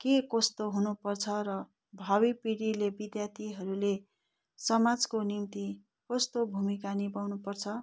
के कस्तो हुनु पर्छ र भावी पिँढीले विद्यार्थीहरूले समाजको निम्ति कस्तो भूमिका निभाउनुपर्छ